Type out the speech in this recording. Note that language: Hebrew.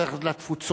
צריך ללכת לתפוצות,